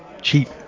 cheap